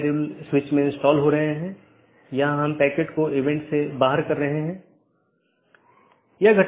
तो AS1 में विन्यास के लिए बाहरी 1 या 2 प्रकार की चीजें और दो बाहरी साथी हो सकते हैं